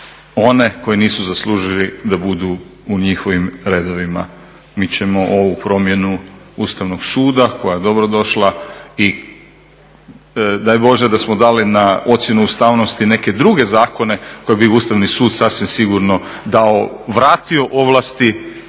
one koji nisu zaslužili da budu u njihovim redovima. Mi ćemo ovu promjenu Ustavnog suda koja je dobro došla i daj Bože da smo dali na ocjenu ustavnosti neke druge zakone koje bi Ustavni sud sasvim sigurno dao, vratio ovlasti